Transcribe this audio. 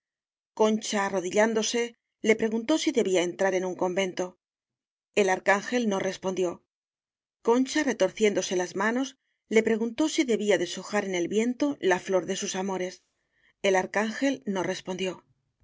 concha arrodillándose le preguntó si debía entrar en un convento el arcángel no res pondió concha retorciéndose las manos le preguntó si debía deshojar en el viento la flor de sus amores el arcángel no respondió